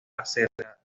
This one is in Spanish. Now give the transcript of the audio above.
acerca